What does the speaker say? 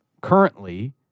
currently